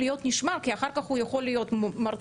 להישמר כי אחר כך הוא יכול להיות מרצה,